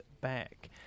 back